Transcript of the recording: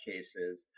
cases